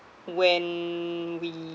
when we